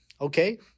Okay